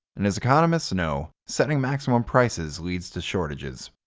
and as economists know, setting maximum prices leads to shortages.